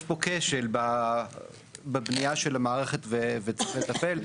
יש פה כשל בבנייה של המערכת וצריך לטפל.